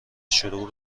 شروع